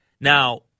Now